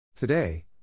Today